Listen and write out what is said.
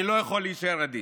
אני לא יכול להישאר אדיש.